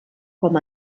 com